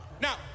Now